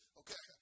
okay